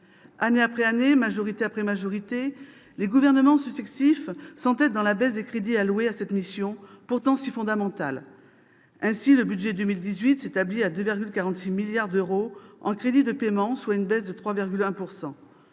Année après année, majorité après majorité, les gouvernements successifs s'entêtent dans la baisse des crédits alloués à cette mission, pourtant si fondamentale. Ainsi, le budget pour 2018 s'établit à 2,46 milliards d'euros en crédits de paiement, soit une baisse de 3,1 %.